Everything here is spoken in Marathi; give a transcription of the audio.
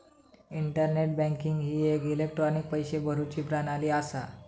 इंटरनेट बँकिंग ही एक इलेक्ट्रॉनिक पैशे भरुची प्रणाली असा